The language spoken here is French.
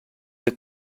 êtes